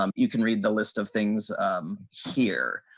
um you can read the list of things. i'm here.